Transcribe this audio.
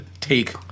take